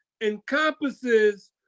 encompasses